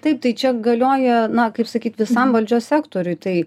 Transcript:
taip tai čia galioja na kaip sakyt visam valdžios sektoriui tai